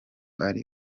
ari